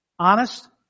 Honest